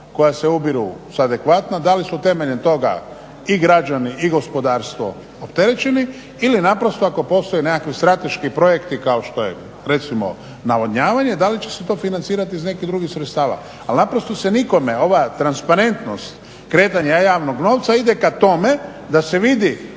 koja se ubiru su adekvatna, da li su temeljem toga i građani i gospodarstvo opterećeni ili naprosto ako postoje nekakvi strateški projekti kao što je recimo navodnjavanje, da li će se to financirati iz nekih drugih sredstava. Ali naprosto se nikome, ova transparentnost kretanja javnog novca ide ka tome da se vidi